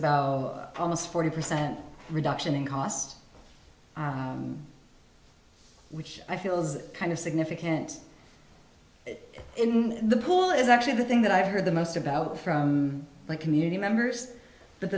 about almost forty percent reduction in cost which i feel is kind of significant in the pool is actually the thing that i heard the most about from my community members but